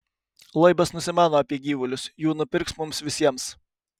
loibas nusimano apie gyvulius jų nupirks mums visiems